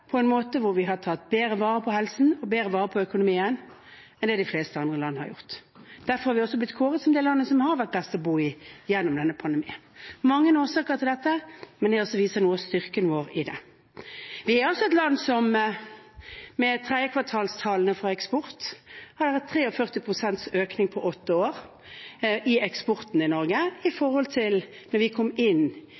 på en måte hvor vi har tatt bedre vare på helsen og bedre vare på økonomien enn det de fleste andre land har gjort. Derfor er vi også blitt kåret til det landet som har vært best å bo i gjennom denne pandemien. Det er mange årsaker til det, men det viser noe av styrken vår. Vi er et land som – med tredjekvartalstallene fra eksport – har hatt 43 pst. økning på åtte år i eksporten i Norge i